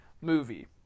movie